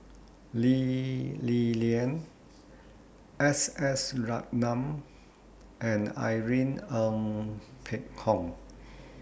Lee Li Lian S S Ratnam and Irene Ng Phek Hoong